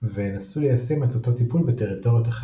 ונסו ליישם את אותו טיפול בטריטוריות אחרות.